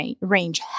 range